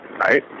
right